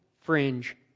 fringe